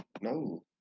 no